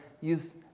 use